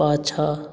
पाछाँ